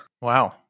Wow